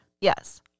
Yes